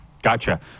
gotcha